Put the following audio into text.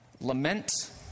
Lament